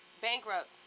bankrupt